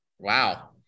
Wow